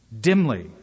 dimly